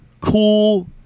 cool